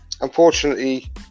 unfortunately